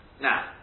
Now